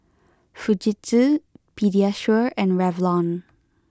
Fujitsu Pediasure and Revlon